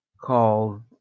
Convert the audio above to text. called